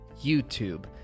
YouTube